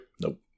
Nope